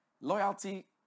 loyalty